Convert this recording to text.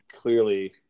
clearly